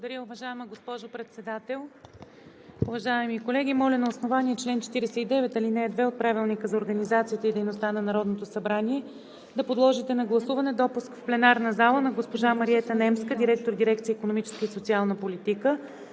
Благодаря, уважаема госпожо Председател. Уважаеми колеги! Моля на основание чл. 49, ал. 2 от Правилника за организацията и дейността на Народното събрание да подложите на гласуване допуск в пленарната зала на госпожа Мариета Немска – директор на дирекция „Икономическа и социална политика“